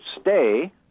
stay